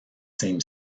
same